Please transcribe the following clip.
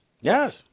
Yes